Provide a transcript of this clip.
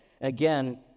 again